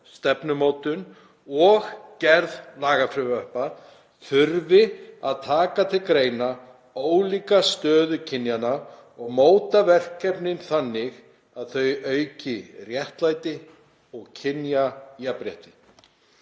stefnumótun og gerð lagafrumvarpa þurfi að taka til greina ólíkra stöðu kynjanna og móta verkefni þannig að þau auki réttlæti og kynjajafnrétti.“